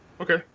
Okay